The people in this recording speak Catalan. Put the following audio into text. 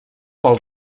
pel